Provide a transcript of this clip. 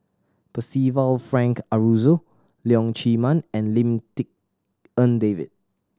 Percival Frank Aroozoo Leong Chee Mun and Lim Tik En David